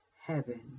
heaven